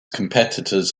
competitors